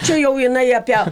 čia jau jinai apie